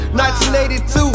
1982